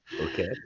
Okay